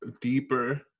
deeper